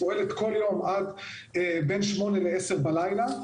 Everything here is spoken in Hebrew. אנחנו פועלים כל יום בין שמונה בבוקר לעשר בלילה,